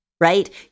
right